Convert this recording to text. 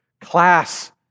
class